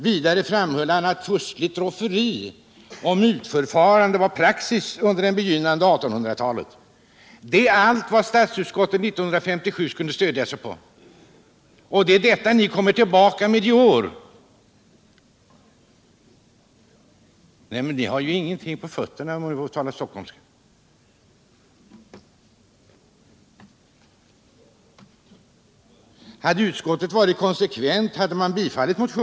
Vidare framhöll han att furstligt rofferi och mutförfarande var praxis under det begynnande 1800-talet. Detta är allt vad statsutskottet år 1957 skulle stödja sig på. Och det är detta ni kommer tillbaka med i år. Men ni har ju ingenting på fötterna, om jag får tala stockholmska. Hade utskottet varit konsekvent hade motionen bifallits.